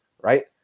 right